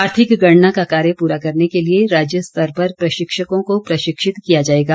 आर्थिक गणना का कार्य पूरा करने के लिए राज्य स्तर पर प्रशिक्षकों को प्रशिक्षित किया जाएगा